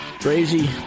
Crazy